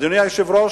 אדוני היושב-ראש,